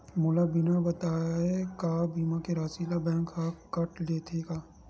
मोला बिना बताय का बीमा के राशि ला बैंक हा कत लेते का?